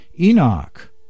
Enoch